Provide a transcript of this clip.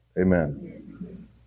Amen